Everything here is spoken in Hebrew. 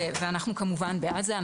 ואנחנו כמובן בעד זה.